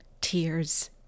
tears